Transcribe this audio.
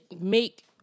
make